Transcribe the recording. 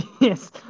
yes